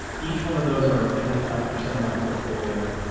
each one of those are twenty five percent of my portfolio.